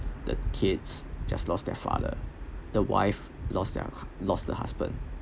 the kids just lost their father the wife lost their lost her husband